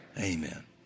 Amen